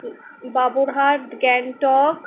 Baburhat Gangtok